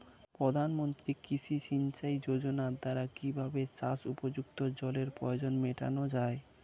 প্রধানমন্ত্রী কৃষি সিঞ্চাই যোজনার দ্বারা কিভাবে চাষ উপযুক্ত জলের প্রয়োজন মেটানো য়ায়?